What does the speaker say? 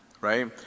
right